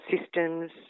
systems